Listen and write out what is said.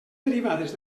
derivades